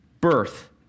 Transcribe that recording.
birth